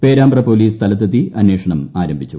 Perambra police സ്ഥലത്തെത്തി അന്വേഷണം ആരംഭിച്ചു